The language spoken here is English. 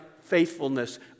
faithfulness